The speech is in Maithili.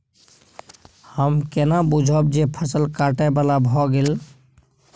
हम केना बुझब जे फसल काटय बला भ गेल?